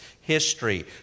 history